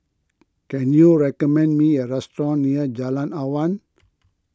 can you recommend me a restaurant near Jalan Awan